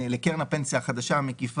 הם יכולים להפקיד למוצר חיסכון פנסיוני אחר,